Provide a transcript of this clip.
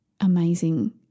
amazing